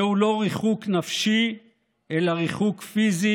זהו לא ריחוק נפשי אלא ריחוק פיזי,